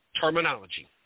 terminology